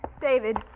David